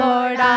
Lord